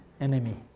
Enemy